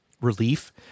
relief